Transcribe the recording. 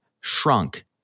shrunk